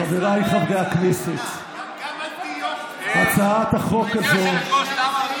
חבר הכנסת יואב בן צור, פעם ראשונה.